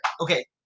Okay